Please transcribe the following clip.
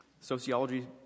sociology